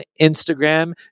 Instagram